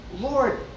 Lord